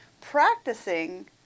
practicing